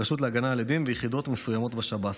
הרשות להגנה על עדים ויחידות מסוימות בשב"ס.